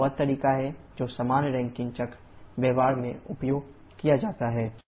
तो यह वह तरीका है जो सामान्य रैंकिन चक्र व्यवहार में उपयोग किया जाता है